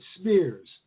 spears